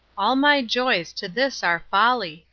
all my joys to this are folly,